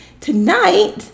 tonight